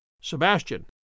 Sebastian